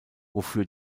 wofür